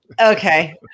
Okay